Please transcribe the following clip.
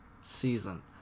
season